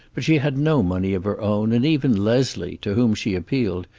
but she had no money of her own, and even leslie, to whom she appealed,